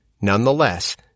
Nonetheless